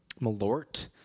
Malort